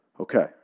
Okay